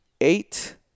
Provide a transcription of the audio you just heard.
Eight